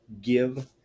give